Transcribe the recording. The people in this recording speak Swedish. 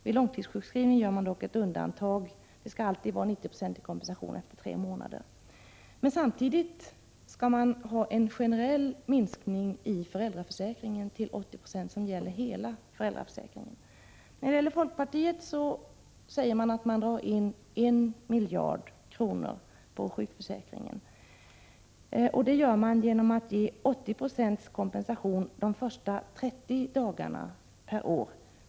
För långtidssjukskrivningar gör man dock ett undantag — efter tre månader skall Prot. 1986/87:119 det alltid ges 90 26 kompensation. Men samtidigt föreslås en generell 8 maj 1987 Folkpartiet vill dra in 1 miljard kronor på sjukförsäkringen. Detta föreslås BEIRA ske genom att endast 80 26 kompensation skall ges under de första 30 dagarna per år.